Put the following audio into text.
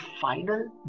final